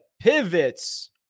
pivots